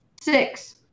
Six